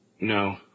No